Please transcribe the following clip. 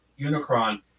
Unicron